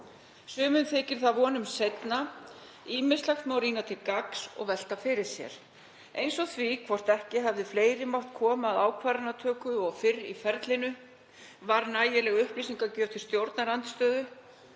Sumum þykir það vonum seinna. Ýmislegt má rýna til gagns og velta fyrir sér, eins og því hvort ekki hefðu fleiri mátt koma að ákvarðanatöku og fyrr í ferlinu. Var nægileg upplýsingagjöf til stjórnarandstöðu?